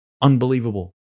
unbelievable